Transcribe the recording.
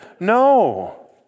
No